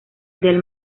del